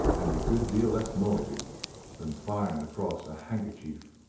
and a good deal less noisy than firing across a handkerchief.